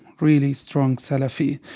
really strong salafi.